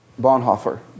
Bonhoeffer